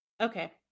okay